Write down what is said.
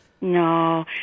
No